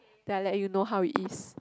then I let you know how it is